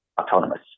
autonomous